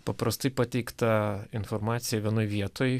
paprastai pateiktą informaciją vienoj vietoj